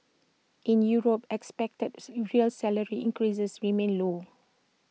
in Europe expected real salary increases remain low